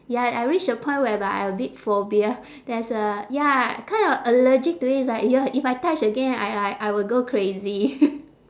ya I reach the point whereby I a bit phobia there's a ya kind of allergic to it it's like !eeyer! if I touch again I I I will go crazy